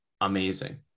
amazing